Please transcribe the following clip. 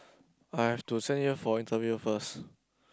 I have to send here for interview first